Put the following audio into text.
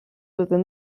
within